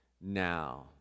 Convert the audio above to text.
now